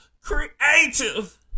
creative